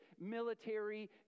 military